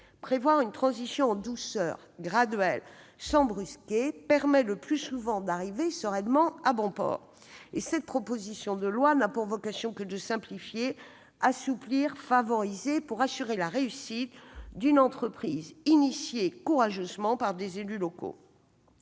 Prévoir une transition en douceur, graduelle, sans brusquer, permet le plus souvent d'arriver sereinement à bon port. Cette proposition de loi n'a pour vocation que de simplifier, assouplir et favoriser pour assurer la réussite d'une entreprise tentée courageusement par les élus locaux.